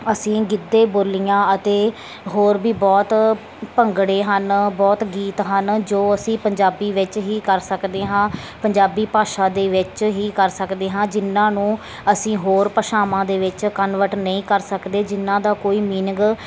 ਅਸੀਂ ਗਿੱਧੇ ਬੋਲੀਆਂ ਅਤੇ ਹੋਰ ਵੀ ਬਹੁਤ ਭੰਗੜੇ ਹਨ ਬਹੁਤ ਗੀਤ ਹਨ ਜੋ ਅਸੀਂ ਪੰਜਾਬੀ ਵਿੱਚ ਹੀ ਕਰ ਸਕਦੇ ਹਾਂ ਪੰਜਾਬੀ ਭਾਸ਼ਾ ਦੇ ਵਿੱਚ ਹੀ ਕਰ ਸਕਦੇ ਹਾਂ ਜਿਹਨਾਂ ਨੂੰ ਅਸੀਂ ਹੋਰ ਭਾਸ਼ਾਵਾਂ ਦੇ ਵਿੱਚ ਕਨਵਰਟ ਨਹੀਂ ਕਰ ਸਕਦੇ ਜਿਹਨਾਂ ਦਾ ਕੋਈ ਮੀਨਿੰਗ